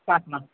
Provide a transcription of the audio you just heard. shot மா